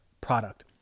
product